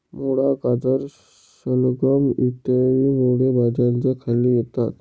मुळा, गाजर, शलगम इ मूळ भाज्यांच्या खाली येतात